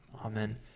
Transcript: Amen